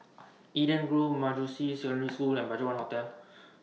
Eden Grove Manjusri Secondary School and BudgetOne Hotel